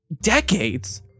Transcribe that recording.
decades